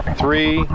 three